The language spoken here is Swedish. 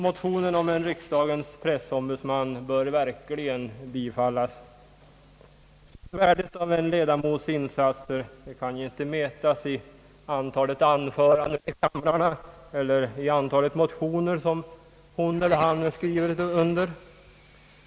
Motionen om en riksdagens pressombudsman bör verkligen bifallas. Värdet av en ledamots insatser kan ju inte mätas i antalet anföranden i kammaren eller i antalet motioner, som hon eller han skrivit under.